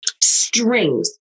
Strings